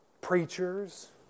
preachers